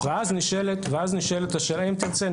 אם תרצי,